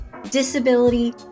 Disability